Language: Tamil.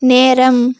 நேரம்